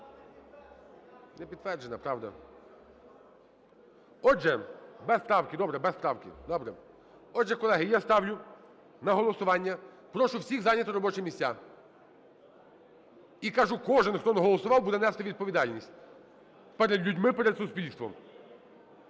Не підтверджена, правда. Отже, без правки, добре, без правки, добре. Отже, колеги, я ставлю на голосування, прошу всіх зайняти робочі місця. І кажу, кожен, хто не голосував, буде нести відповідальність перед людьми, перед суспільством.